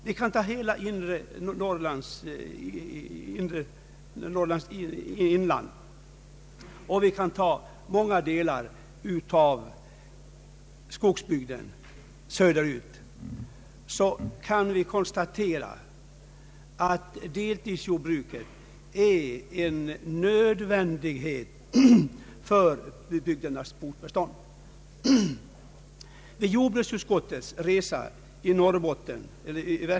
Vi kan betrakta Norrlands inland och stora delar av skogsbygden längre söderut. Då kan vi konstatera att deltidsjordbruket är nödvändigt för bygdernas fortbestånd.